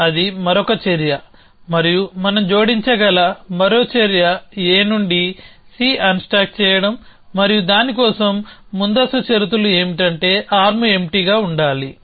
అది మరొక చర్య మరియు మనం జోడించగల మరో చర్య A నుండి C అన్స్టాక్ చేయడం మరియు దాని కోసం ముందస్తు షరతులు ఏమిటంటే ఆర్మ్ ఎంప్టీగా ఉండాలి